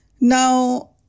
Now